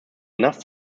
enough